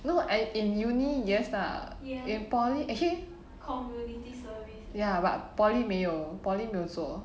no as in uni yes lah in poly actually ya but poly 没有 poly 没有做